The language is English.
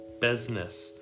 business